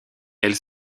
elle